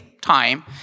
time